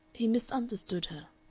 he misunderstood her.